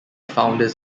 founders